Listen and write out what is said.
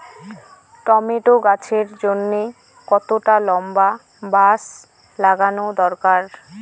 Tomato গাছের জন্যে কতটা লম্বা বাস লাগানো দরকার?